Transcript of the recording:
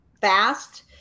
fast